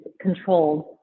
controlled